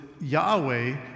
Yahweh